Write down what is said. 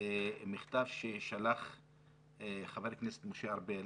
מכתב ששלח חבר הכנסת משה ארבל